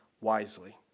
wisely